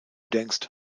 denkst